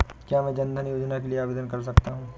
क्या मैं जन धन योजना के लिए आवेदन कर सकता हूँ?